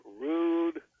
rude